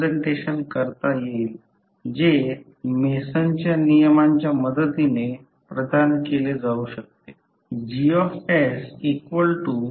त्या व्यतिरिक्त दुसर्या मार्गासाठी ∅ 1 हे कॉइल 1 तसेच कॉइल 2 ला देखील लिंक करेल हे प्रत्यक्षात म्युचुअल फ्लक्स आहे